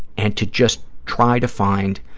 and to just try to find